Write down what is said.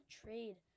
trade